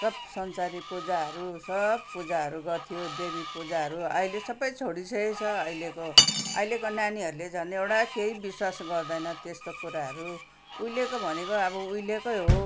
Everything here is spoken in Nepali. सब संसारी पूजाहरू सब पूजाहरू गर्थ्यो देवी पूजाहरू अहिले सबै छोडिसकेको छ अहिलेको अहिलेको नानीहरूले झन् एउटा केही विश्वास गर्दैन त्यस्तो कुराहरू उहिलेको भनेको अब उहिलेकै हो